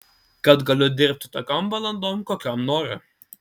kad galiu dirbti tokiom valandom kokiom noriu